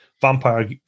vampire